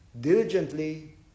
diligently